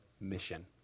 mission